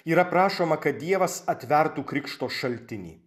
yra prašoma kad dievas atvertų krikšto šaltinį